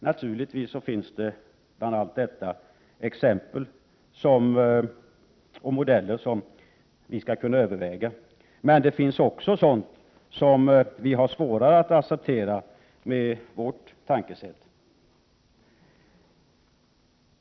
Naturligtvis finns det bland allt detta exempel och modeller som vi skulle kunna överväga, men det finns också sådant som vi har svårare att acceptera med vårt tänkesätt.